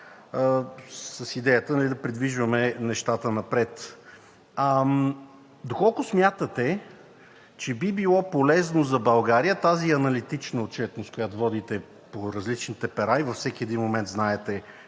с идеята да придвижваме нещата напред. Доколко смятате, че би било полезно за България тази аналитична отчетност, която водите по различните пера и във всеки един момент знаете